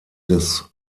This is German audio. des